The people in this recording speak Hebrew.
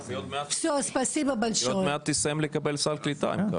היא עוד מעט תסיים לקבל סל קליטה אם כך.